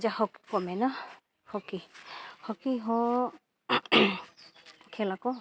ᱡᱟᱭᱦᱳᱠ ᱠᱚ ᱢᱮᱱᱟ ᱦᱚᱠᱤ ᱦᱚᱠᱤ ᱦᱚᱸ ᱠᱷᱮᱹᱞ ᱟᱠᱚ